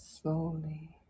slowly